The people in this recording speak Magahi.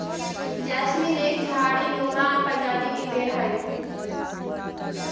जैस्मीन एक झाड़ी नुमा प्रजाति के पेड़ हई